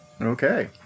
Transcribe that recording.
Okay